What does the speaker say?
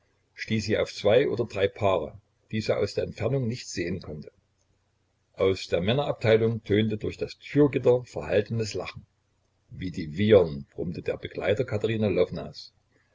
stieß sie auf zwei oder drei paare die sie aus der entfernung nicht sehen konnte aus der männerabteilung tönte durch das türgitter verhaltenes lachen wie die wiehern brummte der begleiter katerina